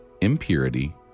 impurity